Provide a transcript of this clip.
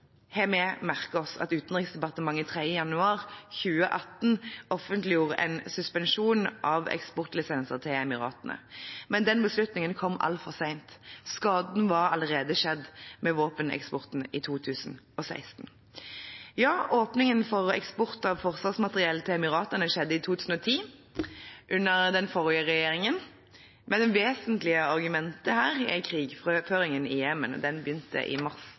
har vi merket oss at Utenriksdepartementet 3. januar 2018 offentliggjorde en suspensjon av eksportlisenser til Emiratene. Men den beslutningen kom altfor sent. Skaden var allerede skjedd med våpeneksporten i 2016. Ja, åpningen for eksport av forsvarsmateriell til Emiratene skjedde i 2010 under den forrige regjeringen, men det vesentlige argumentet her er krigføringen i Jemen – den begynte i mars